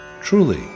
truly